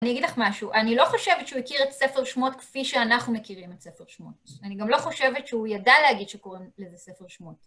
אני אגיד לך משהו, אני לא חושבת שהוא הכיר את ספר שמות כפי שאנחנו מכירים את ספר שמות. ואני גם לא חושבת שהוא ידע להגיד שקוראים לזה ספר שמות.